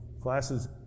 Classes